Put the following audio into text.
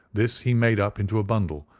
this he made up into a bundle,